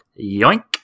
yoink